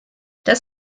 dass